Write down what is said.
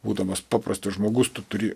būdamas paprastas žmogus tu turi